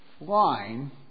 line